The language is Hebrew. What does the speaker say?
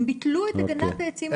הם ביטלו את הגנת העצים.